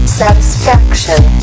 satisfaction